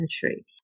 century